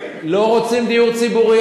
לא רוצים דיור ציבורי.